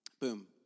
Boom